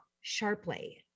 sharply